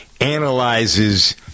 analyzes